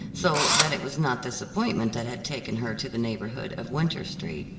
so that it was not this appointment that had taken her to the neighborhood of winter street.